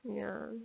ya